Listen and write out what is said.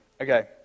Okay